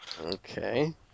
Okay